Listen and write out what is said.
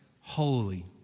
holy